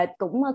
cũng